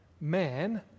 man